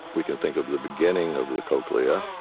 we can think of the beginning of the cochlea,